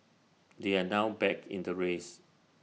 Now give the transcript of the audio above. they are now back in the race